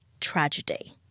tragedy